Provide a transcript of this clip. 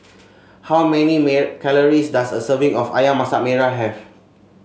how many calories does a serving of ayam Masak Merah have